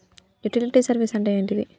Utility service అంటే ఏంటిది?